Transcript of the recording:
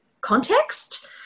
context